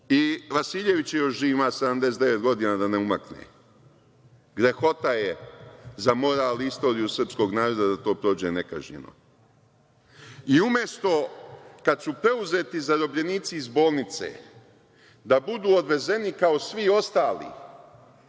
I Vasiljević je još živ, ima 79 godina, da ne umakne. Grehota je za moral i istoriju srpskog naroda da to prođe nekažnjeno. Umesto kada su preuzeti zarobljenici iz bolnice da budu odvezeni kao svi ostali